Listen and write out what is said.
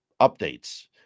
updates